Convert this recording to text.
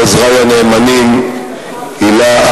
לעוזרי הנאמנים: הילה,